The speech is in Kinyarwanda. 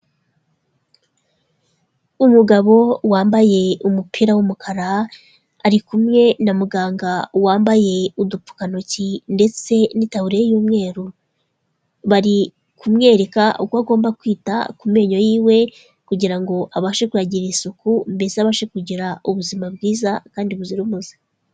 Umugabo wambaye umupira w'umukara, ari kumwe na muganga wambaye udupfukantoki ndetse n'itaburiya y'umweru. Bari kumwereka uko agomba kwita ku menyo yiwe kugira ngo abashe kuyagirira isuku, mbese abashe kugira ubuzima bwiza kandi buzira umuze.